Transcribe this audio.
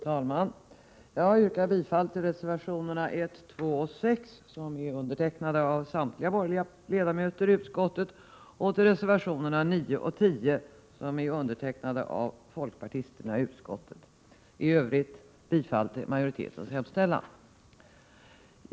Herr talman! Jag yrkar bifall till reservationerna 1, 2 och 6, som är undertecknade av samtliga borgerliga ledamöter i utskottet, samt till reservationerna 9 och 10, som är undertecknade av folkpartisterna i utskottet. I övrigt yrkar jag bifall till majoritetens hemställan.